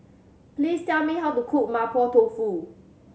please tell me how to cook Mapo Tofu